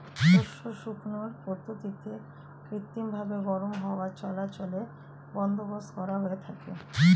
শস্য শুকানোর পদ্ধতিতে কৃত্রিমভাবে গরম হাওয়া চলাচলের বন্দোবস্ত করা হয়ে থাকে